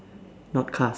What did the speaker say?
not cast